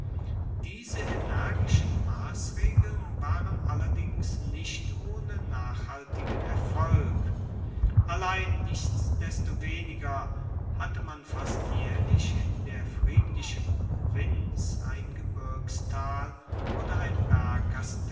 diese energischen massregeln waren allerdings nicht ohne nachhaltigen erfolg allein nichtsdestoweniger hatte man fast jaehrlich in der friedlichen provinz ein gebirgstal oder ein